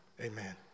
amen